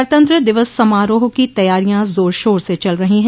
गणतंत्र दिवस समारोह की तैयारियां जोरशोर से चल रही हैं